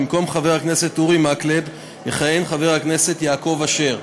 במקום חבר הכנסת אורי מקלב יכהן חבר הכנסת יעקב אשר,